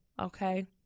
Okay